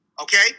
okay